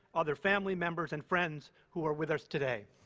other family members, and friends who are with us today.